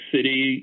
City